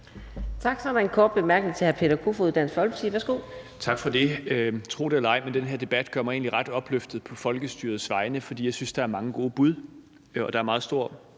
Tak. Så er der en kort bemærkning til hr. Peter Kofod, Dansk Folkeparti. Værsgo. Kl. 15:01 Peter Kofod (DF): Tak for det. Tro det eller ej, men den her debat gør mig egentlig ret opløftet på folkestyrets vegne, fordi jeg synes, der er mange gode bud og – lader det til